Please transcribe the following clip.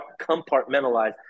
compartmentalize